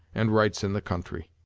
and rights in the country.